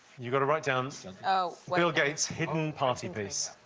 you've got to write down so ah like bill gates' hidden party piece.